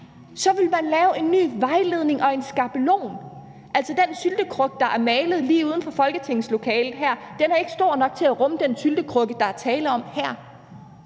så vil man lave en ny vejledning og en skabelon. Altså, den syltekrukke, der er malet lige uden for folketingslokalet her, er ikke stor nok til at rumme den syltekrukke, der er tale om her.